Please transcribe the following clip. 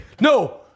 No